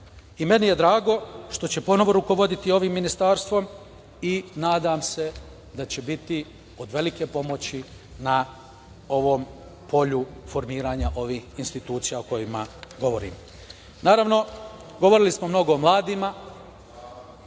je drago što će ponovo rukovoditi ovim ministarstvom i nadam se da će biti od velike pomoći na ovom polju formiranja ovih institucija o kojima govorim. Naravno, govorili smo mnogo o mladima.